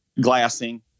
glassing